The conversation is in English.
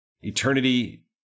eternity